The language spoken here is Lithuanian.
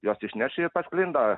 jos išnerš ir pasklinda